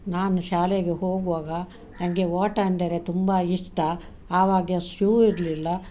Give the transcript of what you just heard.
ನಾನು ಶಾಲೆಗೆ ಹೋಗುವಾಗ ನನಗೆ ಓಟ ಅಂದರೆ ತುಂಬಾ ಇಷ್ಟ ಆವಾಗ ಶೂ ಇರಲಿಲ್ಲ